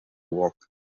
walk